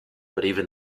but